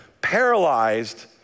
paralyzed